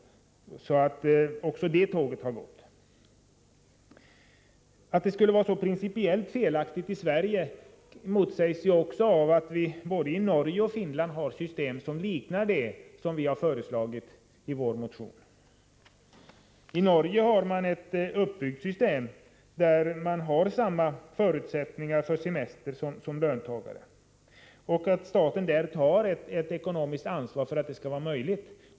Även det tåget har gått. Att förslaget skulle vara så principiellt felaktigt i Sverige motsägs också av att man både i Norge och i Finland har system som liknar det som vi har föreslagit i vår motion. I Norge har man ett system som ger jordbrukarna samma förutsättningar för semester som dem löntagarna har. Staten tar där ett ekonomiskt ansvar för att detta skall vara möjligt.